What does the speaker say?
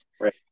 Right